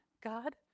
god